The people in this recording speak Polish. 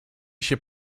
się